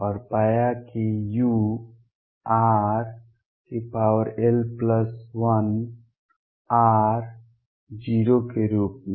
और पाया कि u rl1 r → 0 के रूप में